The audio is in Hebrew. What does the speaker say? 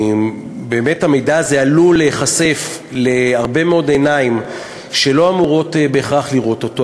והמידע הזה עלול להיחשף להרבה מאוד עיניים שלא אמורות בהכרח לראות אותו,